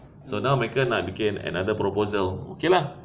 so now mereka nak bikin another proposal okay lah